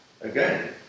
again